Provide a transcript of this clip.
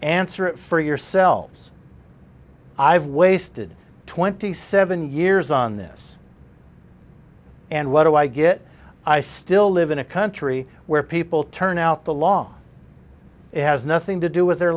answer for yourselves i've wasted twenty seven years on this and what do i get i still live in a country where people turn out the law has nothing to do